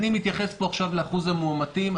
אני מתייחס פה עכשיו לאחוז המאומתים.